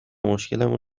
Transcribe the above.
مشکلمون